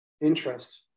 interest